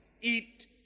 eat